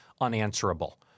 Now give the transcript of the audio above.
unanswerable